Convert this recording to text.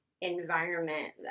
environment